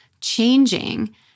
changing